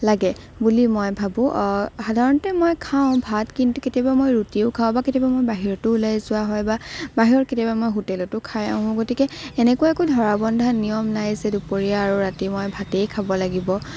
লাগে বুলি মই ভাবোঁ সাধাৰণতে মই খাওঁ ভাত কিন্তু কেতিয়াবা মই ৰুটিও খাওঁ বা কেতিয়াবা মই বাহিৰতো ওলাই যোৱা হয় বা বাহিৰত কেতিয়াবা মই হোটেলতো খাই আহোঁ গতিকে এনেকুৱা একো ধৰা বন্ধা নিয়ম নাই যে দুপৰীয়া আৰু ৰাতি মই ভাতেই খাব লাগিব